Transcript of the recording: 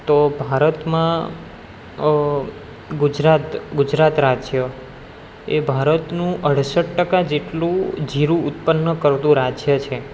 તો ભારતમાં ગુજરાત ગુજરાત રાજ્ય એ ભારતનું અડસઠ ટકા જેટલું જીરું ઉત્પન્ન કરતું રાજ્ય છે